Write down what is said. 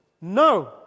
no